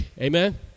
amen